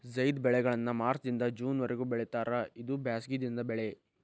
ಝೈದ್ ಬೆಳೆಗಳನ್ನಾ ಮಾರ್ಚ್ ದಿಂದ ಜೂನ್ ವರಿಗೂ ಬೆಳಿತಾರ ಇದು ಬ್ಯಾಸಗಿ ದಿನದ ಬೆಳೆ